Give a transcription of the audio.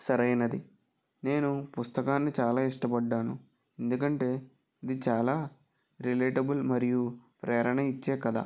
సరైనది నేను పుస్తకాన్ని చాలా ఇష్టపడ్డాను ఎందుకంటే ఇది చాలా రిలేటబుల్ మరియు ప్రేరణ ఇచ్చే కథ